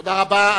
תודה רבה.